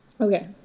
okay